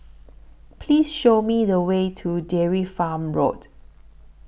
Please Show Me The Way to Dairy Farm Road